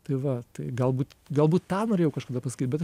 tai va tai galbūt galbūt tą norėjau kažkada pasakyt bet